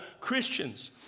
Christians